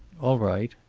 all right